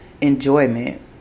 enjoyment